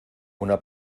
una